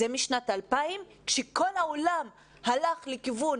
זה משנת 2000 כשכל העולם הלך לכיוון